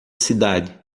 cidade